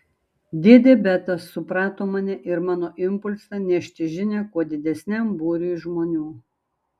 dėdė betas suprato mane ir mano impulsą nešti žinią kuo didesniam būriui žmonių